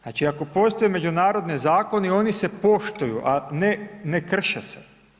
Znači ako postoje međunarodni zakoni oni se poštuju, a ne ne krše se.